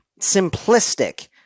simplistic